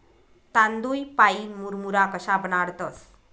तांदूय पाईन मुरमुरा कशा बनाडतंस?